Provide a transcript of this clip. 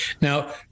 Now